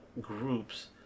groups